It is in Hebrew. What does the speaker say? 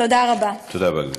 תודה רבה, גברתי.